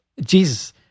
Jesus